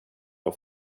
och